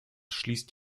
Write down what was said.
schließt